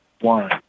One